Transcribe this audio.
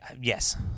Yes